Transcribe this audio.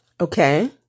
okay